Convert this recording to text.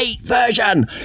version